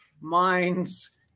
minds